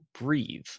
breathe